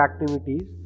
activities